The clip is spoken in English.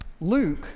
Luke